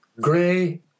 Gray